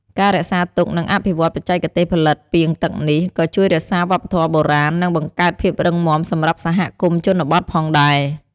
ការរក្សាទុក និងអភិវឌ្ឍបច្ចេកទេសផលិតពាងទឹកនេះ ក៏ជួយរក្សាវប្បធម៌បុរាណ និងបង្កើតភាពរឹងមាំសម្រាប់សហគមន៍ជនបទផងដែរ។